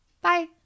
Bye